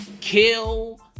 kill